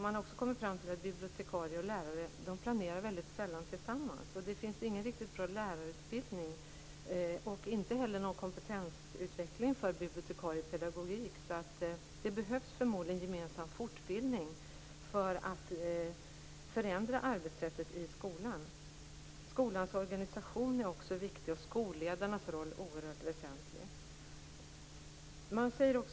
Man har också kommit fram till att bibliotekarier och lärare väldigt sällan planerar tillsammans. Det finns ingen riktigt bra lärarutbildning och inte heller någon kompetensutveckling för bibliotekarier i pedagogik. Det behövs förmodligen gemensam fortbildning för att förändra arbetssättet i skolan. Skolans organisation är också viktig, och skolledarnas roll är oerhört väsentlig.